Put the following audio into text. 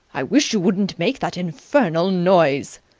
i wish you wouldn't make that infernal noise!